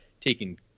taking